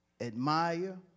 admire